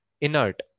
inert